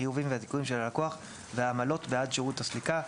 החיובים והזיכויים של הלקוח והעמלו ת בעד שירות הסליקה".